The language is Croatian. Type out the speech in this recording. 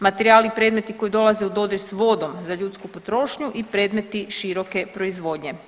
Materijali i predmeti koji dolaze u dodir s vodom za ljudsku potrošnju i predmeti široke proizvodnje.